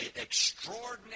extraordinary